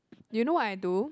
you know I do